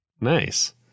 Nice